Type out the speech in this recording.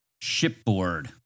shipboard